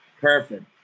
perfect